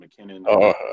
mckinnon